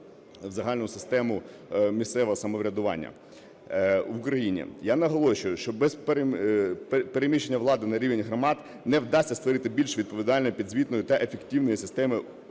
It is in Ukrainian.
в загальну систему місцевого самоврядування в Україні. Я наголошую, що без переміщення влади на рівень громад не вдасться створити більш відповідальної, підзвітної та ефективної системи